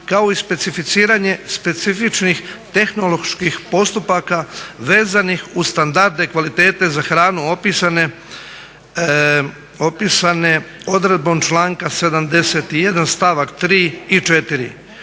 kao i specificiranje specifičnih tehnoloških postupaka vezanih uz standarde kvalitete za hranu opisane odredbom članka 71. stavak 3. i 4.